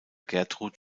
gertrud